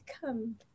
come